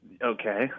Okay